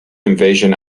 invasion